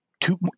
two